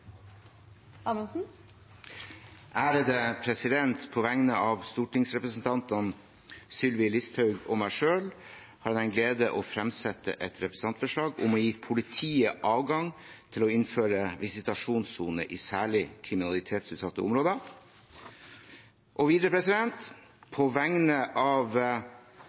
På vegne av stortingsrepresentanten Sylvi Listhaug og meg selv har jeg den glede å fremsette et representantforslag om å gi politiet adgang til å innføre visitasjonssoner i særlig kriminalitetsutsatte områder. Videre vil jeg på vegne av